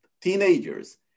teenagers